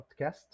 podcast